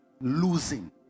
losing